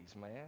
man